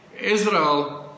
Israel